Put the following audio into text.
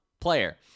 player